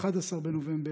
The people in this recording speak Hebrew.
11 בנובמבר,